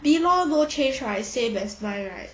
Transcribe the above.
B law no change right same as mine right